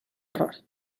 error